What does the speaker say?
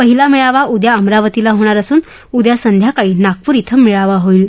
पहिला मेळावा उद्या अमरावतीला होणार असून उद्या संध्याकाळी नागपूर इथं मेळावा होईल